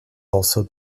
also